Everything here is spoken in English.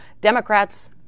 democrats